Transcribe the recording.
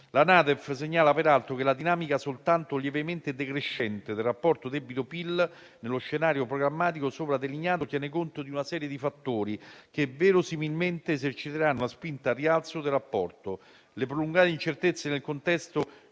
La NADEF segnala peraltro che la dinamica soltanto lievemente decrescente del rapporto debito-PIL nello scenario programmatico sopra delineato tiene conto di una serie di fattori che verosimilmente eserciteranno una spinta al rialzo del rapporto: le prolungate incertezze nel contesto